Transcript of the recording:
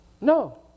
No